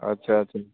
अच्छा अच्छा